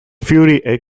fury